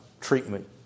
treatment